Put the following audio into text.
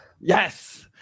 yes